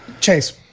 Chase